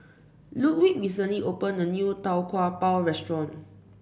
Ludwig recently opened a new Tau Kwa Pau restaurant